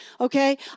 okay